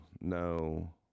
No